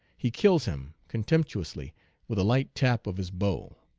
he kills him con temptuously with a light tap of his bow.